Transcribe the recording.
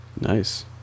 Nice